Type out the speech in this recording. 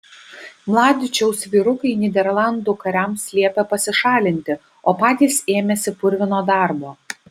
mladičiaus vyrukai nyderlandų kariams liepė pasišalinti o patys ėmėsi purvino darbo